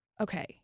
okay